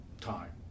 time